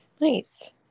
Nice